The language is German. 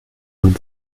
und